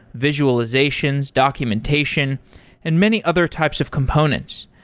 visualizations, documentation and many other types of components.